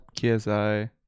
KSI